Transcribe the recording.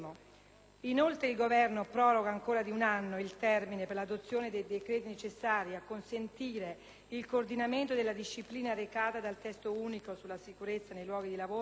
Inoltre, il Governo proroga ancora di un anno il termine per l'adozione dei decreti necessari a consentire il coordinamento della disciplina recata dal testo unico sulla sicurezza nei luoghi di lavoro